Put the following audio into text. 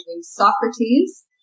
Socrates